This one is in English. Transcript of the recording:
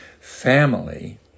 family